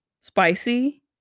spicy